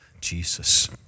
Jesus